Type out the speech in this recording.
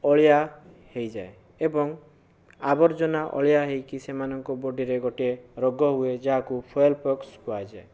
ଅଳିଆ ହୋଇଯାଏ ଏବଂ ଆବର୍ଜନା ଅଳିଆ ହୋଇକି ସେମାନଙ୍କ ବଡ଼ିରେ ଗୋଟିଏ ରୋଗ ହୁଏ ଯାହାକୁ ଫୋୟାଲପକ୍ସ କୁହାଯାଏ